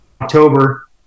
October